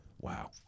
Wow